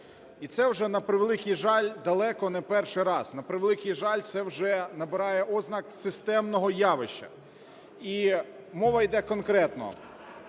І це вже, на превеликий жаль, далеко не перший раз, на превеликий жаль, це вже набирає ознак системного явища. І мова йде конкретно